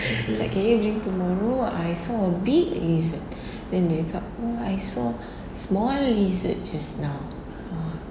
like can you drink tomorrow I saw a big lizard then dia cakap oh I saw small lizard just now uh